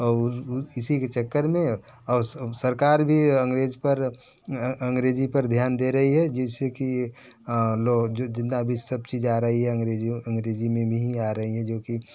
और इसी के चक्कर में सरकार भी अंग्रेजी पर अंग्रेजी पर ध्यान दे रही है जैसे कि लो जो जिन्दा भी सब चीज आ रही है में मी ही आ रही है जो कि